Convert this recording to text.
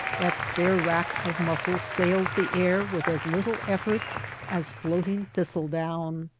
that spare rack of muscles sails the air with as little effort as floating thistle-down.